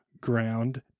ground